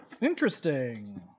Interesting